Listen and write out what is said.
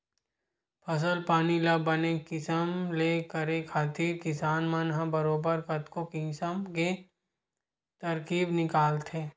फसल पानी ल बने किसम ले करे खातिर किसान मन ह बरोबर कतको किसम के तरकीब निकालथे